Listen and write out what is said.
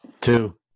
two